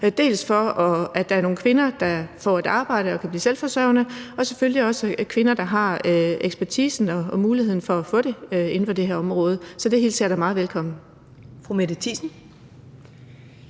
dels for at nogle kvinder får et arbejde og kan blive selvforsørgende, dels at det selvfølgelig også er kvinder, der har ekspertisen og muligheden for at få den inden for det her område. Så det hilser jeg da meget velkommen. Kl. 10:42 Første